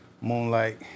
moonlight